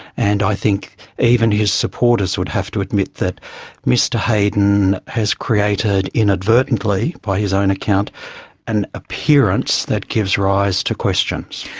and i think even his supporters would have to admit that mr heydon has created inadvertently by his own account an appearance that gives rise to questions.